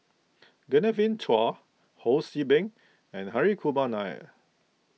Genevieve Chua Ho See Beng and Hri Kumar Nair